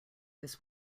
this